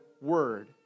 word